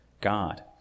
God